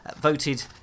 voted